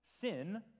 sin